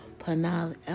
panav